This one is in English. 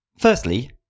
Firstly